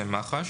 זה מח"ש.